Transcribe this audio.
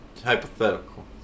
hypothetical